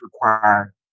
require